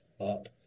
up